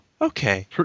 okay